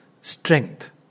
strength